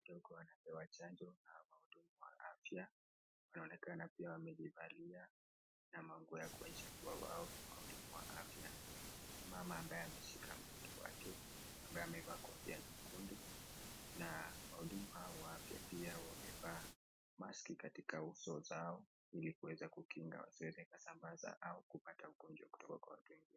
watoto wanapewa chanjo na wahudumu wa afya. Wanaonekana pia wamejifalia na manguo ya kuonyesha kuwa wao ni wahudumu wa afya. Mama ambaye ameshika mtoto wake ambaye amevaa kofia nyekundu na wahudumu hawa wa afya pia wamevaa maski katika uso zao ili kuweza kukinga wasije wakasambaza au kupata ugonjwa kutoka kwa watoto.